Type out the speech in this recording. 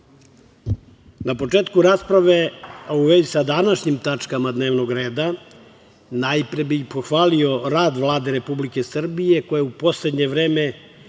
za. Na početku rasprave, a u vezi sa današnjim tačkama dnevnog reda, najpre bih pohvalio rad Vlade Republike Srbije, koja je u poslednje vreme